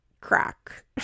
crack